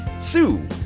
Sue